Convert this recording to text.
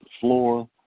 floor